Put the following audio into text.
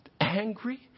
angry